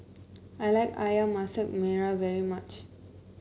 I like ayam Masak Merah very much